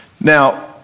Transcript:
Now